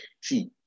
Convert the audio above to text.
See